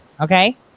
Okay